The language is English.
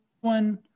one